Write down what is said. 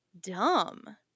dumb